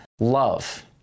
love